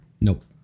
Nope